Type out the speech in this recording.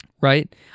right